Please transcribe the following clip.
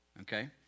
okay